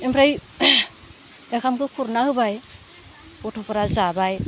ओमफ्राय ओंखामखौ खुरना होबाय गथ'फोरा जाबाय